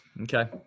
Okay